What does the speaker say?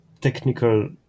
technical